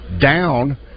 down